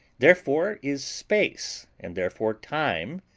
therefore is space, and therefore time,